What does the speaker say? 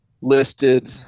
listed